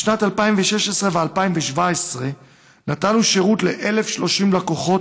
בשנת 2016 ו-2017 נתנו שירות ל-1,030 לקוחות